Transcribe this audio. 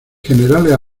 generales